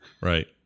Right